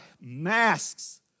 masks